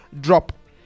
drop